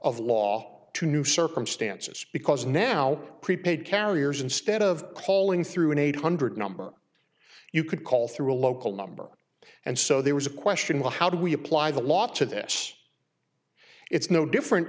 the law to new circumstances because now prepaid carriers instead of calling through an eight hundred number you could call through a local number and so there was a question well how do we apply the law to this it's no different